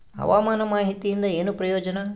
ಹವಾಮಾನ ಮಾಹಿತಿಯಿಂದ ಏನು ಪ್ರಯೋಜನ?